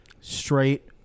Straight